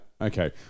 okay